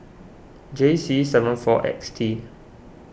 J C seven four X T